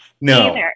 No